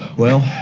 well.